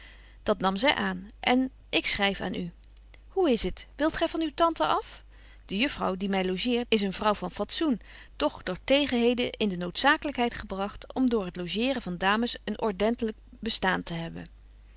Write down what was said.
dat nam zy aan en ik schryf aan u hoe is het wilt gy van uwe tante af de juffrouw die my logeert is een vrouw van fatsoen doch door tegenheden in de noodzakelykheid gebragt om door het logeeren van dames een ordentelyk bestaan te hebben